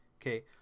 Okay